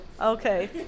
okay